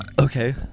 Okay